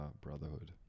brotherhood